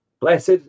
Blessed